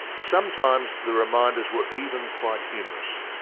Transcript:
sometimes the reminders were even quite humorous.